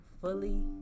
fully